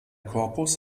korpus